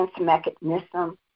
mechanism